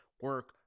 Work